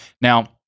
Now